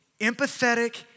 empathetic